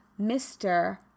Mr